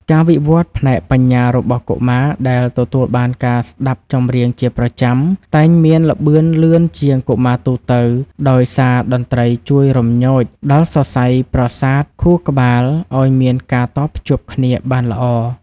ការវិវត្តផ្នែកបញ្ញារបស់កុមារដែលទទួលបានការស្តាប់ចម្រៀងជាប្រចាំ តែងមានល្បឿនលឿនជាងកុមារទូទៅ ដោយសារតន្ត្រីជួយរំញោចដល់សរសៃប្រសាទខួរក្បាលឱ្យមានការតភ្ជាប់គ្នាបានល្អ។